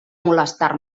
molestar